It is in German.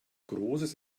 großes